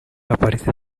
aparece